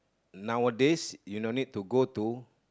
nowadays you don't need to go to